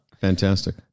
Fantastic